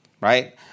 right